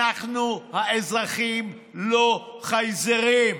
אנחנו האזרחים לא חייזרים.